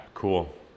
Cool